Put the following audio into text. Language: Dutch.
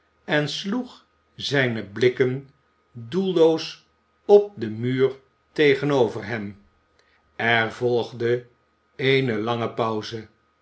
en sloeg zijne blikken doelloos op den muur tegenover hem er volgde eene lange pauze